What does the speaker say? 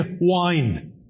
wine